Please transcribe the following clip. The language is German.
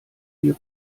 die